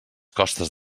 costes